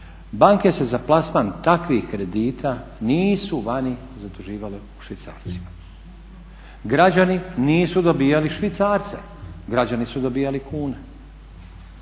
banke se za plasman takvih kredita nisu vani zaduživale u švicarcima. Građani nisu dobivali švicarce, građani su dobivali kune.